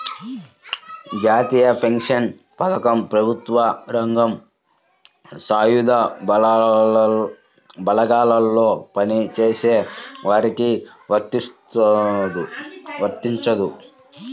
జాతీయ పెన్షన్ పథకం ప్రభుత్వ రంగం, సాయుధ బలగాల్లో పనిచేసే వారికి వర్తించదు